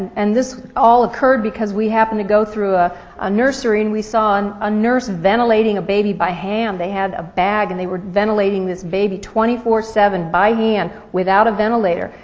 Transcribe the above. and this all occurred because we happened to go through a a nursery and we saw and a nurse ventilating a baby by hand. they had a bag and they were ventilating this baby twenty four seven by hand without a ventilator.